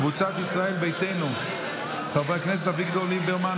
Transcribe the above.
קבוצת סיעת ישראל ביתנו: חבר הכנסת אביגדור ליברמן,